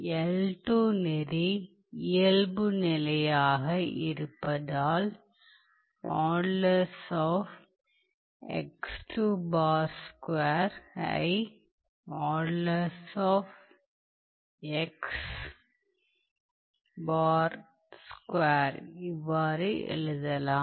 l2 நெறி இயல்புநிலையாக இருப்பதால் ஐ இவ்வாறு எழுதலாம்